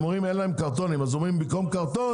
הם אומרים שאין להם קרטונים אז אומרים במקום קרטון,